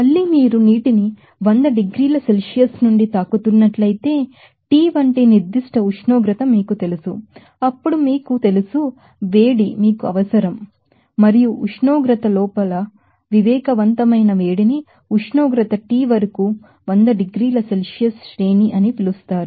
మళ్లీ మీరు వీటిని వంద డిగ్రీల సెల్సియస్ నుండి తాకుతున్నట్లయితే T వంటి కాన్స్టాంట్ టెంపరేచర్ మీకు తెలుసు అప్పుడు మీకు తెలుసు వేడి మీకు అవసరం తెలుసు మరియు ఉష్ణోగ్రత లోపల సెన్సిబిల్ హీట్ T వరకు వంద డిగ్రీల సెల్సియస్ శ్రేణి అని పిలుస్తారు